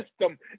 system